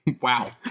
Wow